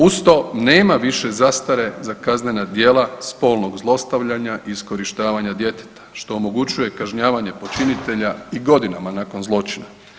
Uz to nema više zastare za kaznena djela spolnog zlostavljanja i iskorištavanja djeteta, što omogućuje kažnjavanje počinitelja i godinama nakon zločina.